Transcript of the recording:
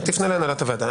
תפנה להנהלת הוועדה.